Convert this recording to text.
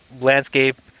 landscape